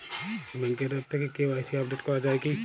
ব্যাঙ্কের আ্যপ থেকে KYC update করা যায় কি?